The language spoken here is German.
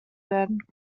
werden